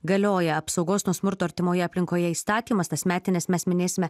galioja apsaugos nuo smurto artimoje aplinkoje įstatymas tas metines mes minėsime